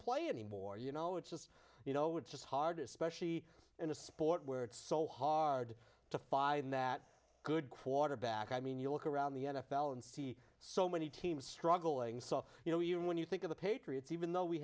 play anymore you know it's just you know it's just hard especially in a sport where it's so hard to find that good quarterback i mean you look around the n f l and see so many teams struggling so you know even when you think of the patriots even though we